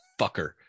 fucker